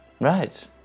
Right